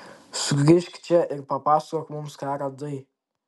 sugrįžk čia ir papasakok mums ką radai